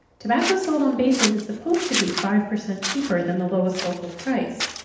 tobacco sold on bases is supposed to be five percent cheaper than the lowest local price.